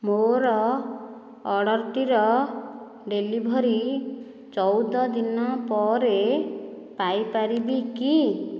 ମୋର ଅର୍ଡ଼ର୍ଟିର ଡେଲିଭରି ଚଉଦ ଦିନ ପରେ ପାଇପାରିବି କି